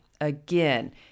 Again